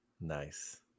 Nice